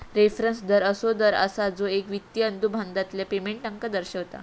reference दर असो दर असा जो एक वित्तिय अनुबंधातल्या पेमेंटका दर्शवता